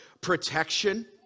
protection